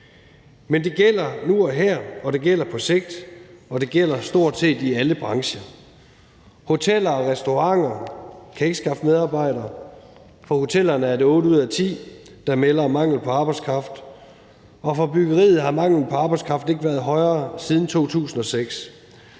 Men det gælder nu og her, og det gælder på sigt, og det gælder stort set i alle brancher. Hoteller og restauranter kan ikke skaffe medarbejdere. For hotellerne er det otte ud af ti, der melder om mangel på arbejdskraft, og for byggeriet har manglen på arbejdskraft ikke været højere siden 2006.